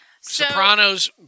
Sopranos